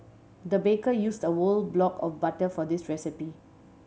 the baker used a whole block of butter for this recipe